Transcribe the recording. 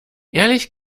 ehrlich